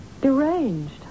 deranged